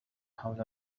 حول